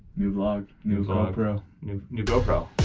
new vlog, new gopro. new new gopro.